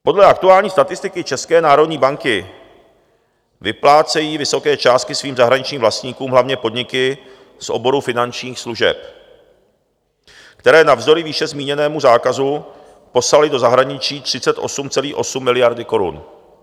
Podle aktuální statistiky České národní banky vyplácejí vysoké částky svým zahraničním vlastníkům hlavně podniky z oboru finančních služeb, které navzdory výše zmíněnému zákazu poslaly do zahraničí 38,8 miliardy korun.